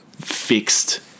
fixed